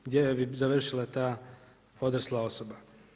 Gdje bi završila ta odrasla osoba.